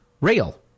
rail